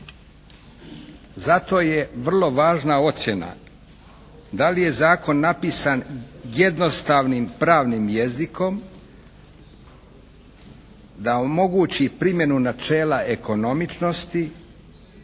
Zato je vrlo važna ocjena da li je Zakon napisan jednostavnim pravnim jezikom da omogući primjenu načela ekonomičnosti